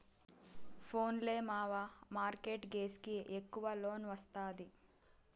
పోన్లే మావా, mortgage కి ఎక్కవ లోన్ ఒస్తాది